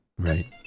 Right